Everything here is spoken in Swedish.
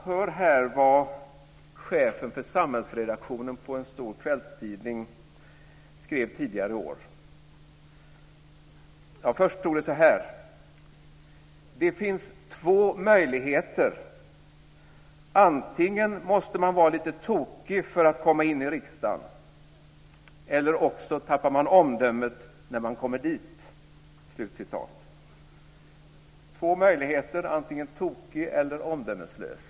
Hör här vad chefen för samhällsredaktionen på en stor kvällstidning skrev tidigare i år. Först stod det så här: "Det finns två möjligheter. Antingen måste man vara lite tokig för att komma in i riksdagen. Eller också tappar man omdömet när man kommer dit." Två möjligheter - antingen tokig eller omdömeslös.